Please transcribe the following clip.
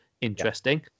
Interesting